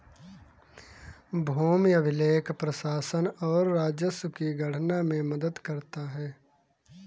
भूमि अभिलेख प्रशासन और राजस्व की गणना में मदद करता है